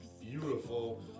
beautiful